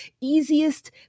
easiest